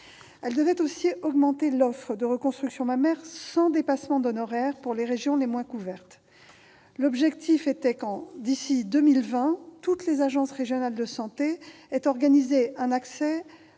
Elle devait aussi augmenter l'offre de reconstruction mammaire sans dépassement d'honoraires pour les régions les moins couvertes. L'objectif était que, d'ici à 2020, toutes les agences régionales de santé aient organisé un accès